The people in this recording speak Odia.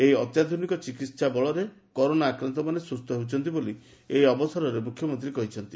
ଏହି ଅତ୍ୟାଧୁନିକ ଚିକିହା ବଳରେ କରୋନା ଆକ୍ରାନ୍ତମାନେ ସୁସ୍ଚ ହେଉଛନ୍ତି ବୋଲି ଏହି ଅବସରରେ ମୁଖ୍ୟମନ୍ତୀ କହିଛନ୍ତି